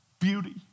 Beauty